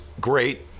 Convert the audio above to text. great